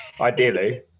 Ideally